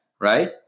right